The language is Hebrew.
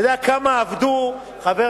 אתה יודע כמה עבדו, חבר